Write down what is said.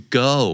go